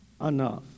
enough